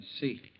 see